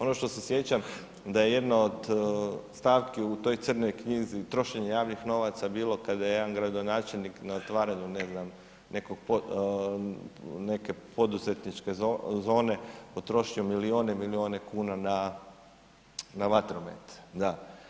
Ono što se sjećam da je jedno od stavki u toj Crnoj knjizi trošenje javnih novaca bilo kada je jedan gradonačelnik na otvaranju, ne znam, nekog .../nerazumljivo/... neke poduzetničke zone potrošio milijune i milijune kuna na vatromet, da.